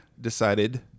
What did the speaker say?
decided